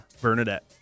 Bernadette